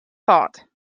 thought